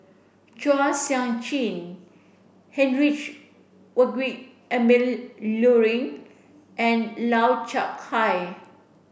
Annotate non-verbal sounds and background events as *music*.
Chua Sian Chin Heinrich *unintelligible* Emil Luering and Lau Chiap Khai